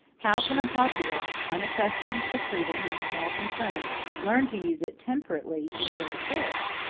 how can a populace, unaccustomed to freedom in small concerns, learn to use it temperately in great affairs?